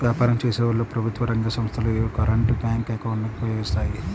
వ్యాపారం చేసేవాళ్ళు, ప్రభుత్వ రంగ సంస్ధలు యీ కరెంట్ బ్యేంకు అకౌంట్ ను ఉపయోగిస్తాయి